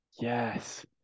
Yes